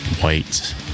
white